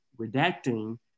redacting